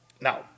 now